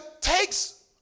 takes